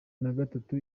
nagatatu